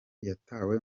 yatawe